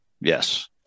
yes